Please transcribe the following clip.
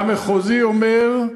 והמחוזי אומר: